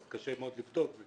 אז קשה מאוד לבדוק.